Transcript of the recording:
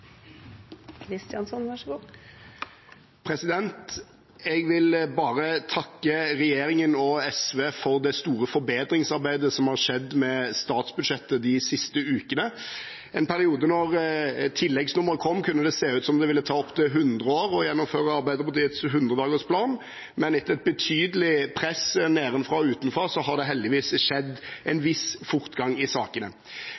store forbedringsarbeidet som har skjedd med statsbudsjettet de siste ukene. I en periode før tilleggsproposisjonen kom, kunne det se ut som om det ville ta opptil hundre år å gjennomføre arbeidet på deres hundredagersplan, men etter et betydelig press nedenfra og utenfra har det heldigvis skjedd en